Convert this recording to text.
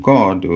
God